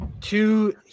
two